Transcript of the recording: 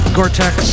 Gore-Tex